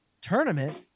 tournament